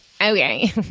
Okay